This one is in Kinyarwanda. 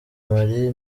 mali